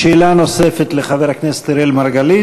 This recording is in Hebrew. שאלה נוספת לחבר הכנסת אראל מרגלית.